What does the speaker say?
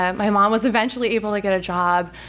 um my mom was eventually able to get a job.